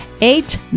Eight